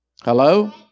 Hello